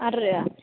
ആറ് രൂപയോ